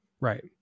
right